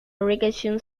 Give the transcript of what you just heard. irrigation